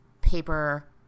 paper